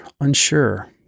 unsure